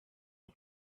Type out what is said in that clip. not